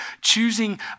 choosing